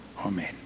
Amen